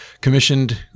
commissioned